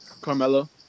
Carmelo